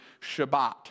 Shabbat